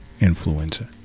influenza